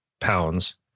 pounds